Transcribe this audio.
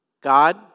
God